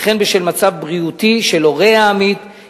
וכן בשל מצב בריאותי של הורה העמית,